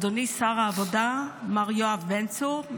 אדוני שר העבודה מר יואב בן צור,